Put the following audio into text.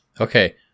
Okay